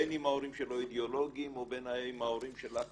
בין אם ההורים שלו אידיאולוגיים או בין אם ההורים שלה חלשים,